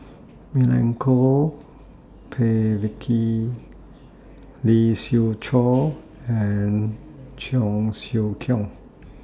Milenko Prvacki Lee Siew Choh and Cheong Siew Keong